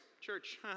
Church